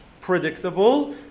predictable